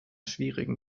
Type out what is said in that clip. schwierigen